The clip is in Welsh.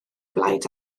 blaid